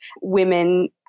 women